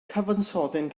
cyfansoddyn